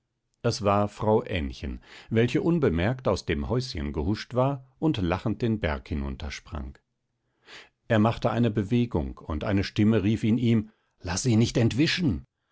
es war frau ännchen welche unbemerkt aus dem häuschen gehuscht war und lachend den berg hinuntersprang er machte eine bewegung und eine stimme rief in ihm laß sie nicht entwischen